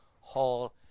hall